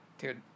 Dude